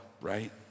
right